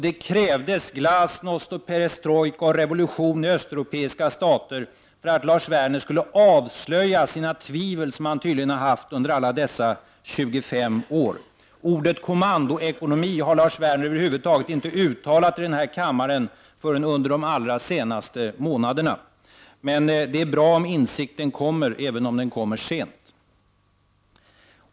Det krävdes glasnost, perestrojka och revolution i östeuro peiska stater för att Lars Werner skulle avslöja sina tvivel, som han tydligen har haft under alla dessa 25 år. Ordet kommandoekonomi har Lars Werner över huvud taget inte uttalat i den här kammaren förrän under de allra senaste månaderna. Men det är bra om insikten kommer, även om den kommer sent.